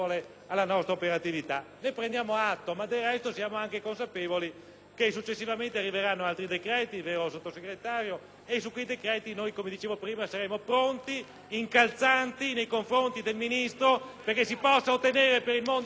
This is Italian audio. che successivamente arriveranno altri decreti (vero, onorevole Sottosegretario?), sui quali saremo pronti, incalzanti nei confronti del Ministro perché si possa ottenere per il mondo agricolo e per il mondo della pesca anche quello che non siamo riusciti ad ottenere questa volta.